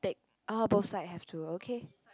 oh both side have to okay